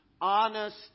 honest